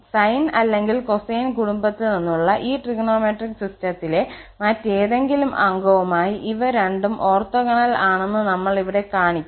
sign അല്ലെങ്കിൽ cosine കുടുംബത്തിൽ നിന്നുള്ള ഈ ട്രിഗണോമെട്രിക് സിസ്റ്റത്തിലെ മറ്റേതെങ്കിലും അംഗവുമായി ഇവ രണ്ടും ഓർത്തോഗണൽ ആണെന്ന് നമ്മൾ ഇവിടെ കാണിക്കും